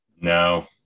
No